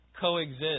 coexist